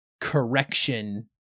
correction